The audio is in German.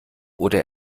oder